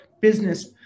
business